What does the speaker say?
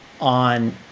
on